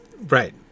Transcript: Right